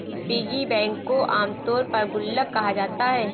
piggy bank को आमतौर पर गुल्लक कहा जाता है